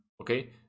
Okay